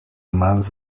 mans